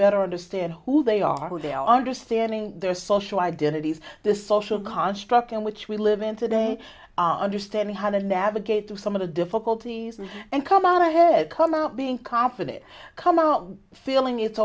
better understand who they are who they are understanding their social identities the social construct in which we live in today our understand how the navigate through some of the difficulties and come out ahead come out being confident come out feeling it's